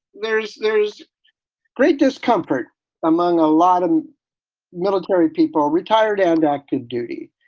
there's there's great discomfort among a lot of military people, retired and active duty.